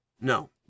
No